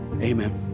Amen